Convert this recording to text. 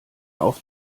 auf